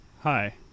hi